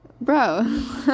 bro